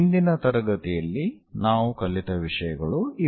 ಹಿಂದಿನ ತರಗತಿಯಲ್ಲಿ ನಾವು ಕಲಿತ ವಿಷಯಗಳು ಇವು